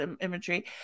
imagery